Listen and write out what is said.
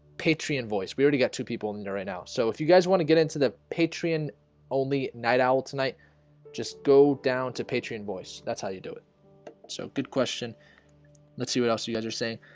patreon voice we already got two people in there right now so if you guys want to get into the patreon only night owl tonight just go down to patreon voice. that's how you do it so good question let's see what else you guys are saying